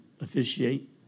officiate